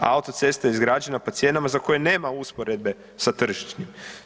Autocesta je izgrađena po cijenama za koje nema usporedbe sa tržišnim.